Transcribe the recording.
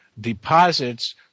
Deposits